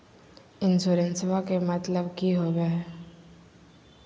इंसोरेंसेबा के मतलब की होवे है?